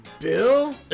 Bill